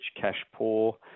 cash-poor